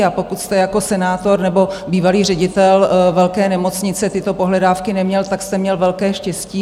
A pokud jste jako senátor, nebo jako bývalý ředitel velké nemocnice tyto pohledávky neměl, tak jste měl velké štěstí.